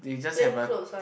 plain clothes